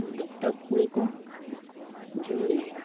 ᱫᱚᱠᱛᱟ ᱯᱩᱸᱜᱤ ᱠᱚ ᱡᱚᱢ ᱧᱩᱭᱮᱜᱼᱟ